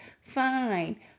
fine